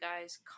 guys